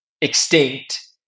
extinct